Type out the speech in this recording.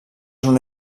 una